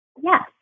Yes